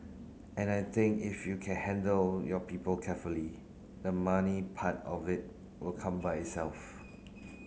and I think if you can handle your people carefully the money part of it will come by itself